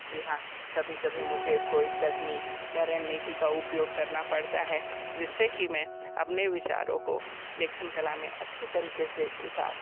जी हाँ कभी कभी मुझे कोई तकनीक या रणनीति का उपयोग करना पड़ता है जिससे कि मैं अपने विचारों को लेखन कला में अच्छी तरीके से उतार